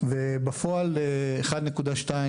ובכללם בני העדה האתיופית.